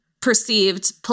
perceived